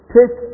Take